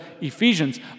Ephesians